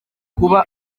kuba